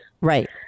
Right